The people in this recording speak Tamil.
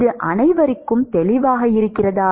இது அனைவருக்கும் தெளிவாக இருக்கிறதா